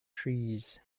trees